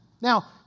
now